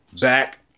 back